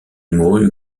mourut